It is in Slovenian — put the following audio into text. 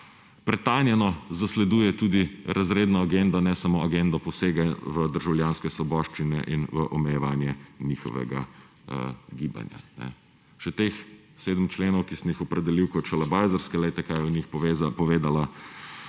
pretanjeno zasleduje tudi razredno agendo, ne samo agendo posega v državljanske svoboščine in v omejevanje njihovega gibanja. Še teh 7 členov, ki sem jih opredelil kot šalabajzerske – poglejte, kaj je o njih povedala